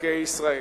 מקרקעי ישראל.